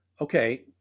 Okay